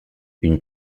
une